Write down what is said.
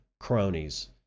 cronies